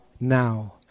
now